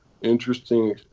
interesting